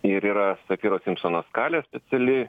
ir yra safyro simsono skalė speciali